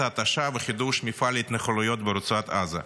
התשה וחידוש מפעל ההתנחלויות ברצועת עזה,